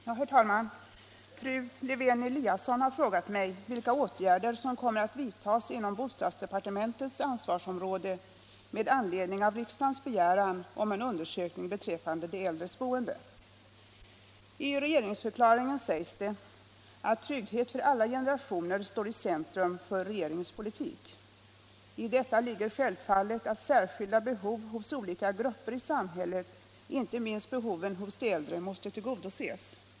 Herr talman! Fru Lewén-Eliasson har frågat mig vilka åtgärder som kommer att vidtas inom bostadsdepartementets ansvarsområde med anledning av riksdagens begäran om en undersökning beträffande de äldres boende. I regeringsförklaringen sägs det att trygghet för alla generationer står i centrum för regeringens politik. I detta ligger självfallet att särskilda behov hos olika grupper i samhället, inte minst behoven hos de äldre, måste tillgodoses.